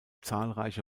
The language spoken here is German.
zahlreiche